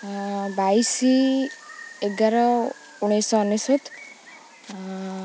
ବାଇଶି ଏଗାର ଉଣେଇଶଶହ ଅନେଶ୍ୱତ